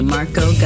Marco